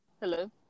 Hello